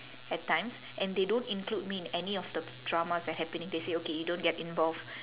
at times and they don't include me in any of the dramas that's happening they say okay you don't get involved